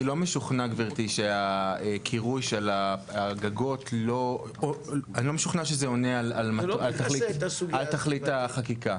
אני לא משוכנע שהקירוי של הגגות עונה על תכלית החקיקה.